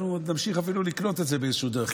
אנחנו עוד נמשיך אפילו לקנות את זה באיזושהי דרך,